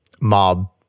Mob